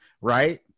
right